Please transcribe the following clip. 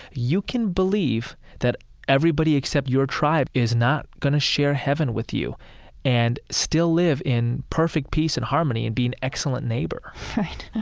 you can believe that everybody, except your tribe, is not going to share heaven with you and still live in perfect peace and harmony and be an excellent neighbor right.